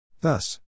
Thus